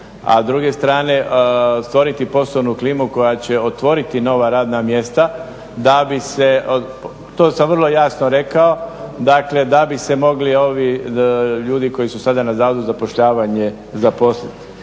A s druge strane stvoriti poslovnu klimu koja će otvoriti nova radna mjesta da bi se to sam vrlo jasno rekao, dakle da bi se mogli ovi ljudi koji su sada na Zavodu za zapošljavanje zaposliti.